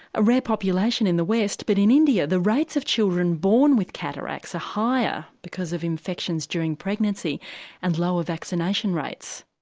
a rare population in the west, but in india the rates of children born with cataracts are ah higher, because of infections during pregnancy and lower vaccination rates.